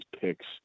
picks